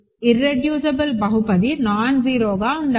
irreducible బహుపది నాన్జీరోగా ఉండాలి